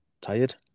Tired